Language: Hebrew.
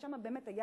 שם באמת היה